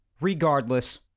regardless